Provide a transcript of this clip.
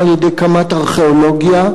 גם על-ידי קמ"ט ארכיאולוגיה,